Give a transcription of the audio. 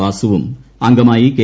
വാസുവും അംഗമായി കെ